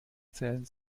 zellen